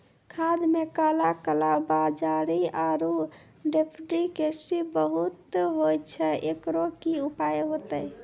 खाद मे काला कालाबाजारी आरु डुप्लीकेसी बहुत होय छैय, एकरो की उपाय होते?